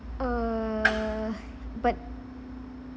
err but